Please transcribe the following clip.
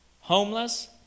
homeless